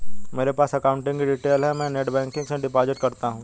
मेरे पास अकाउंट की डिटेल है मैं नेटबैंकिंग से डिपॉजिट करता हूं